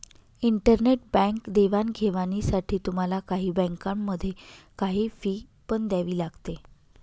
internet bank देवाणघेवाणीसाठी तुम्हाला काही बँकांमध्ये, काही फी पण द्यावी लागते